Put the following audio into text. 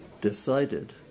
decided